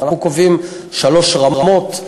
אנחנו קובעים שלוש רמות: